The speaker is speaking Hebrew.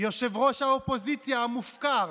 יושב-ראש האופוזיציה המופקר,